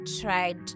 tried